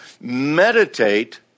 meditate